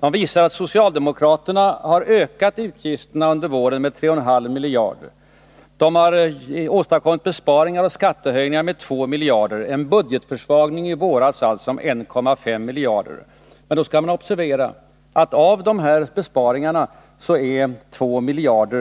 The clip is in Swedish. De visar att socialdemokraterna har ökat statsutgifterna under våren med 3,5 miljarder och har åstadkommit besparingar och skattehöjningar på 2 miljarder, dvs. en budgetförsvagning i våras på 1,5 miljarder. Men då skall man observera att av dessa besparingar gäller 1 miljard